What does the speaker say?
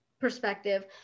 perspective